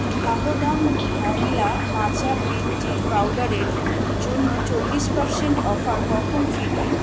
Vahdam vanilla matcha green tea পাউডারের জন্য চল্লিশ পারসেন্ট অফার কখন ফিরবে